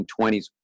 1920s